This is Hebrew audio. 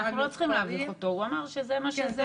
אנחנו לא צריכים להביך אותו, הוא אמר שזה מה שזה.